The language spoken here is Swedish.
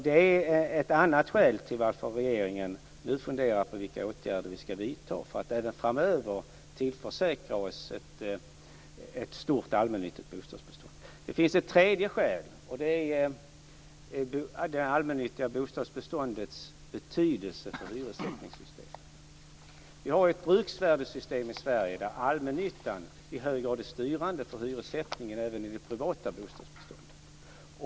Det är ett annat skäl till att vi i regeringen nu funderar över vilka åtgärder vi skall vidta för att även framöver tillförsäkra oss ett stort allmännyttigt bostadsbestånd. Det finns ett tredje skäl, nämligen det allmännyttiga bostadsbeståndets betydelse för hyressättningssystemet. Vi har ett bruksvärdessystem i Sverige, där allmännyttan i hög grad är styrande för hyressättningen även i det privata bostadsbeståndet.